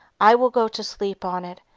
i will go to sleep on it,